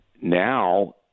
now